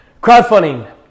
crowdfunding